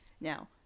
Now